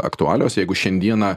aktualios jeigu šiandieną